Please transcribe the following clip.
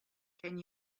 can